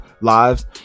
lives